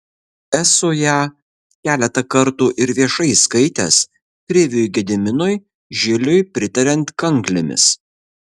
esu ją keletą kartų ir viešai skaitęs kriviui gediminui žiliui pritariant kanklėmis